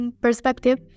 perspective